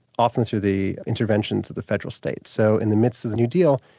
often through the interventions of the federal state, so in the midst of the new deal,